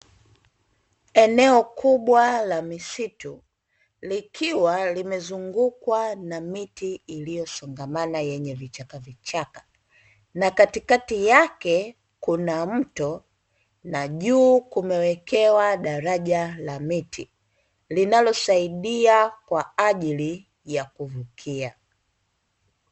Eneo kubwa la misitu likiwa limezungukwa na miti iliyosongamana yenye vichakavichaka na katikati yake kuna mto na juu kumewekewa daraja la miti linalosaidia kwa ajili ya kuvukia.